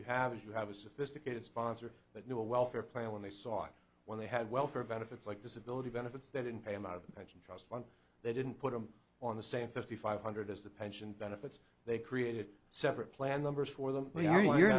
you have is you have a sophisticated sponsor that knew a welfare plan when they saw it when they had welfare benefits like disability benefits they didn't pay a lot of action trust fund they didn't put them on the same fifty five hundred as the pension benefits they created separate plan numbers for them we are you're